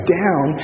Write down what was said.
down